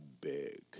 big